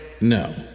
No